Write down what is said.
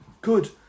Good